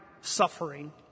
suffering